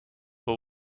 but